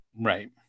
right